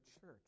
church